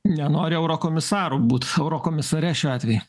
nenori eurokomisaru būt eurokomisare šiuo atveju